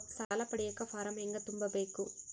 ಸಾಲ ಪಡಿಯಕ ಫಾರಂ ಹೆಂಗ ತುಂಬಬೇಕು?